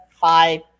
five